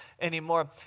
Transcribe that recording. anymore